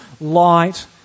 light